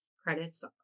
Credits